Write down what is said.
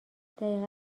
دقیقا